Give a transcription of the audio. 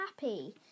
happy